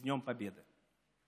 (מתרגם את דבריו לרוסית.)